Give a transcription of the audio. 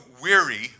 weary